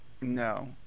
No